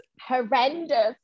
Horrendous